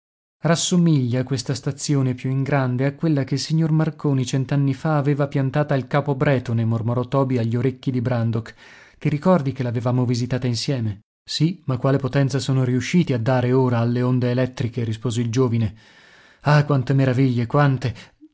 rassomiglia questa stazione più in grande a quella che il signor marconi cent'anni fa aveva piantata al capo bretone mormorò toby agli orecchi di brandok ti ricordi che l'avevamo visitata insieme sì ma quale potenza sono riusciti a dare ora alle onde elettriche rispose il giovine ah quante meraviglie quante